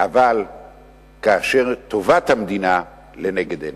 אבל כאשר טובת המדינה לנגד עינינו.